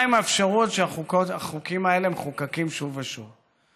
מה האפשרויות, כשהחוקים האלה מחוקקים שוב ושוב?